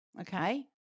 Okay